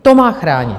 To má chránit.